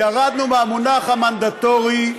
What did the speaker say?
ירדנו מהמונח המנדטורי.